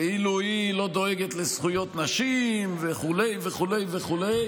כאילו היא לא דואגת לזכויות נשים וכו' וכו' וכו',